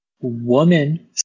woman